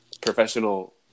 professional